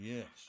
Yes